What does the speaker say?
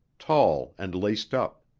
tall and laced up.